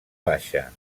baixa